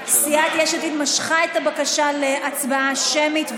סיעת יש עתיד משכה את הבקשה להצבעה שמית,